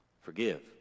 forgive